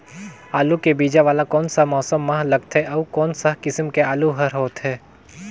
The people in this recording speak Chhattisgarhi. आलू के बीजा वाला कोन सा मौसम म लगथे अउ कोन सा किसम के आलू हर होथे?